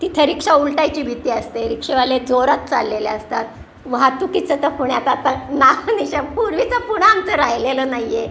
तिथं रिक्षा उलटायची भीती असते रिक्षेवाले जोरात चाललेले असतात वाहतुकीचं तर पुण्यात आता ना पूर्वीचं पुणं आमचं राहिलेलं नाही आहे